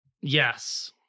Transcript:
Yes